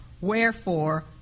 Wherefore